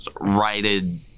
righted